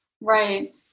Right